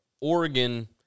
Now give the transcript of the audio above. Oregon